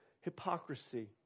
hypocrisy